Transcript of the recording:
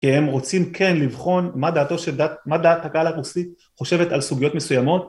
כי הם רוצים כן לבחון מה דעתו, מה דעת הקהל הרוסית חושבת על סוגיות מסוימות.